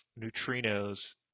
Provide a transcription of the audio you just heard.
neutrinos